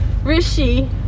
Rishi